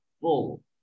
full